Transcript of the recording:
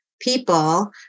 people